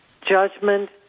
Judgment